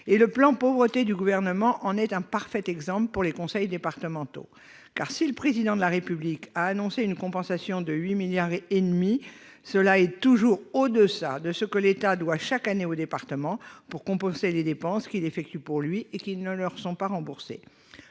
Le plan Pauvreté du Gouvernement en est un parfait exemple pour les conseils départementaux. En effet, si le Président de la République a annoncé une compensation de 8,5 milliards d'euros, cette somme est toujours en deçà de ce que l'État doit chaque année aux départements pour compenser les dépenses qu'ils effectuent pour lui et qui ne leur sont pas remboursées.